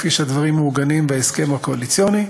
כפי שהדברים מעוגנים בהסכם הקואליציוני,